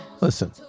Listen